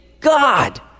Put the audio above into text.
God